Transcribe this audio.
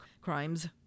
crimes